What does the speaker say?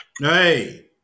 Hey